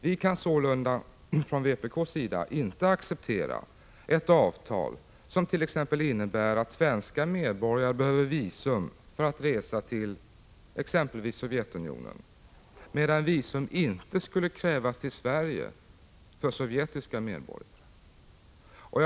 Vi kan sålunda från vpk:s sida inte acceptera ett avtal som innebär att svenska medborgare behöver visum för att resa till exempelvis Sovjetunionen, medan visum inte skulle krävas till Sverige för sovjetiska medborgare.